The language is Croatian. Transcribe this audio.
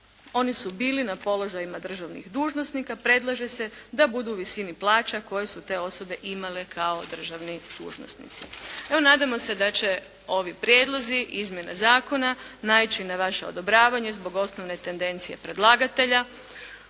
oni su bili na položajima državnih dužnosnika, predlaže se da budu u visini plaća koje su te osobe imale kao državni dužnosnici. Evo nadamo se da će ovi prijedlozi izmjene zakona naići na vaše odobravanje zbog osnovne tendencije predlagatelja